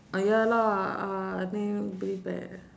ah ya lah uh